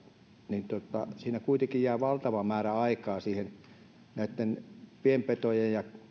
niin siinä kuitenkin jää valtava määrä aikaa näitten pienpetojen ja